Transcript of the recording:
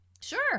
Sure